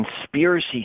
conspiracy